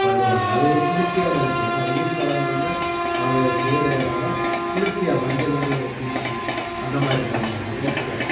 பண்ணுவாங்க அது ஒரு குளிர்ச்சியான விஷயம் ஏன்னா வெயில் காலங்களில் நாம் இதை செய்கிறதுனால குளிர்ச்சியாக மஞ்சள் வந்து ஒரு குளிர்ச்சி அந்தமாதிரி பண்ணுவாங்க வேப்பிலை